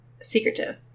secretive